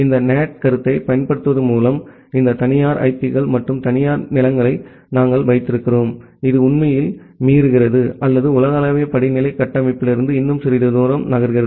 இந்த NAT கருத்தை பயன்படுத்துவதன் மூலம் இந்த தனியார் ஐபிக்கள் மற்றும் தனியார் நிலங்களை நாங்கள் வைத்திருக்கிறோம் இது உண்மையில் மீறுகிறது அல்லது உலகளாவிய படிநிலை கட்டமைப்பிலிருந்து இன்னும் சிறிது தூரம் நகர்கிறது